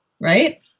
right